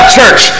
church